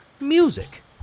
Music